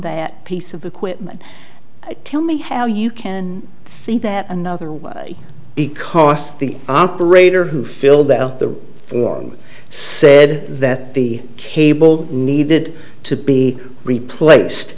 that piece of equipment tell me how you can see that another was because the operator who filled out the form said that the cable needed to be replaced